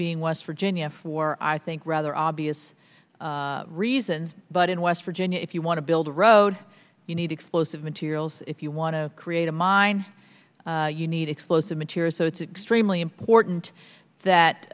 being west virginia for i think rather obvious reasons but in west virginia if you want to build a road you need explosive materials if you want to create a mine you need explosive materials so it's extremely important